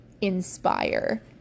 inspire